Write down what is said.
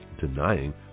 denying